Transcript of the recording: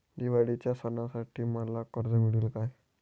दिवाळीच्या सणासाठी मला कर्ज मिळेल काय?